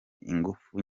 ingufu